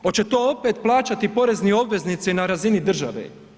Hoće to opet plaćati porezni obveznici na razini države?